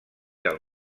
del